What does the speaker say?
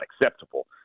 acceptable